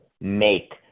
make